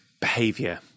behavior